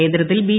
കേന്ദ്രത്തിൽ ബി